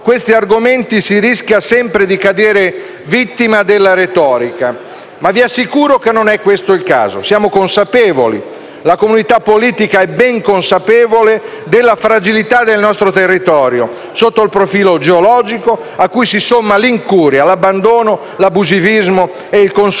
questi argomenti si rischia sempre di cadere vittima della retorica, ma vi assicuro che non è questo il caso. La comunità politica è ben consapevole della fragilità del nostro territorio sotto il profilo geologico, a cui si sommano l'incuria, l'abbandono, l'abusivismo e il consumo